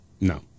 No